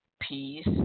peace